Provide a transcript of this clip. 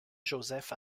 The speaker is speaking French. joseph